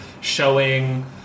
showing